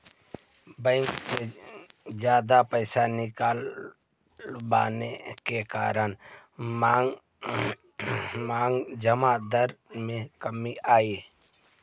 bank से जादा पैसे निकलवाने के कारण मांग जमा दर में कमी आई